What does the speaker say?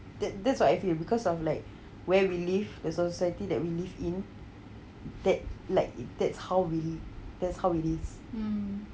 that that's what I feel because of like where we live the society that we live in that like that's how we live that's how it is